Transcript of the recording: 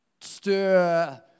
stir